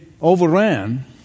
overran